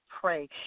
pray